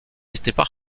étaient